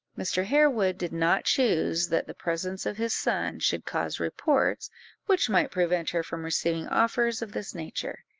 mr. harewood did not choose that the presence of his sons should cause reports which might prevent her from receiving offers of this nature.